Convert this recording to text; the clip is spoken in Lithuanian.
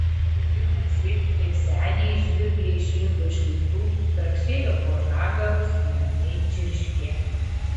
ir maži ir seniai žvirbliai išlindo iš lizdų straksėjo po žagarus neramiai čirškė